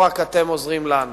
לא רק אתם עוזרים לנו.